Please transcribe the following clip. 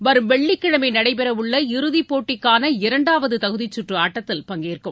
வரும் வெள்ளிக்கிழமை நடைபெறவுள்ள இறுதிப் போட்டிக்கான இரண்டாவது தகுதிச் சுற்று ஆட்டத்தில் பங்கேற்கும்